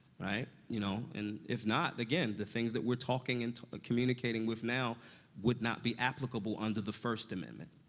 right? you know, and if not, again, the things that we're talking and ah communicating with now would not be applicable under the first amendment.